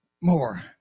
more